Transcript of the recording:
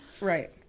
Right